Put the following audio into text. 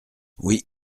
oui